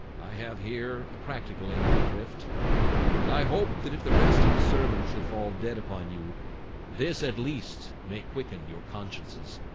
i? have here a practical aim and drift and i hope that if the rest of the sermon shall fall dead upon you this at least make wiccan your consciences